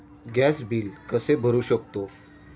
Gas bill कसे भरू शकतो?